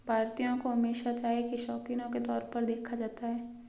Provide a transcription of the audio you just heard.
भारतीयों को हमेशा चाय के शौकिनों के तौर पर देखा जाता है